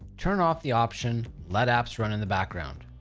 turn off the option, let apps run in the background.